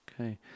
Okay